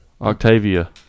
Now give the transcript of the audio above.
Octavia